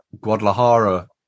Guadalajara